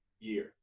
year